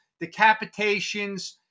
decapitations